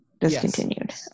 Discontinued